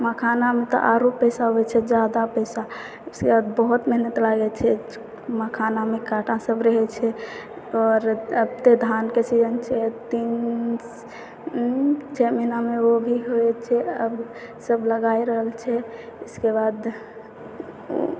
मखानामे तऽ आओर पैसा आबै छै ज्यादा पैसा बहुत मेहनत लागै छै मखानामे काँटा सब रहै छै आओर आब तऽ धानके सीजन छै तीन छओ महिनामे ओ भी होइ छै आब सब लगा रहल छै इसके बाद